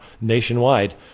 Nationwide